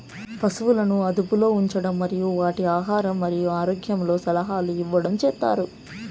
పసువులను అదుపులో ఉంచడం మరియు వాటి ఆహారం మరియు ఆరోగ్యంలో సలహాలు ఇవ్వడం చేత్తారు